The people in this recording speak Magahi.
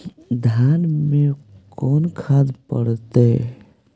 धान मे कोन खाद पड़तै?